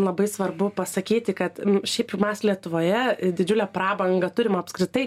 labai svarbu pasakyti kad šiaip mes lietuvoje didžiulę prabangą turim apskritai